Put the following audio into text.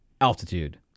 altitude